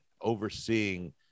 overseeing